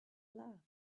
loved